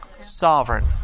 Sovereign